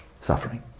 suffering